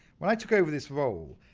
when i took over this role,